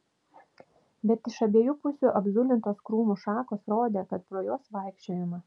bet iš abiejų pusių apzulintos krūmų šakos rodė kad pro juos vaikščiojama